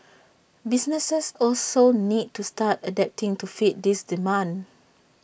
businesses also need to start adapting to fit this demand